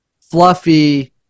fluffy